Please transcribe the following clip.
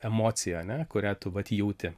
emocija ane kurią tu vat jauti